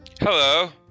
Hello